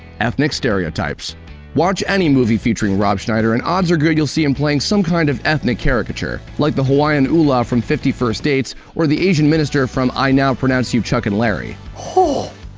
ethnic stereotypes watch any movie featuring rob schneider, and odds are good you'll see him playing some kind of ethnic caricature, like the hawaiian ula from fifty first dates or the asian minister from i now pronounce you chuck and larry. ho!